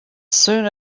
soon